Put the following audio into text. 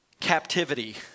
captivity